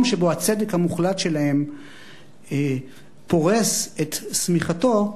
שבו הצדק המוחלט שלהם פורס את שמיכתו,